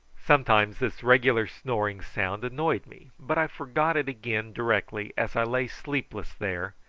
sometimes this regular snoring sound annoyed me, but i forgot it again directly as i lay sleepless there,